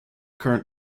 current